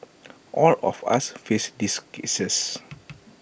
all of us face these cases